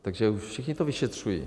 Takže všichni to vyšetřují.